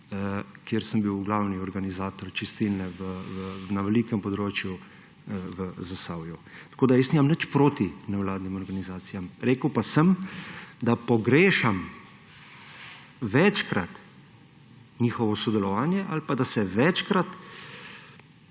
kjer sem bil glavni organizator čistilne akcije na velikem območju v Zasavju. Tako nimam nič proti nevladnim organizacijam. Rekel pa sem, da pogrešam večkrat njihovo sodelovanje ali pa da se večkrat